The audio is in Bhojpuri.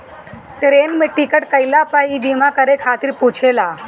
ट्रेन में टिकट कईला पअ इ बीमा करे खातिर पुछेला